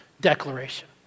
declaration